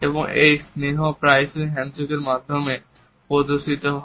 এবং এই স্নেহ প্রায়শই হ্যান্ডশেকের মাধ্যমে প্রদর্শিত হয়